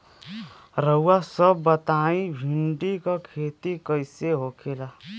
रउआ सभ बताई भिंडी क खेती कईसे होखेला?